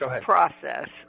process